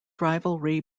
rivalry